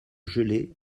gelée